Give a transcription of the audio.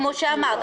כפי שאמרת,